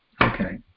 Okay